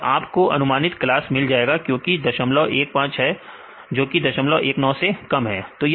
फिर आप को अनुमानित क्लास मिल जाएगा क्योंकि यह 015 है जो कि 019 से कम है